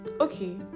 okay